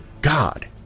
God